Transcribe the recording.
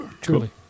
Truly